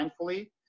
mindfully